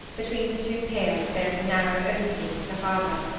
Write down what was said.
between the two piers there is a narrow opening into the harbour,